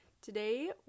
Today